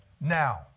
Now